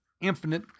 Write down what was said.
infinite